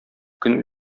көн